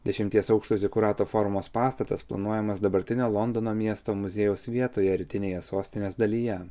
dešimties aukštų zikurato formos pastatas planuojamas dabartinio londono miesto muziejaus vietoje rytinėje sostinės dalyje